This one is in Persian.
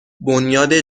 بنیاد